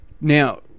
now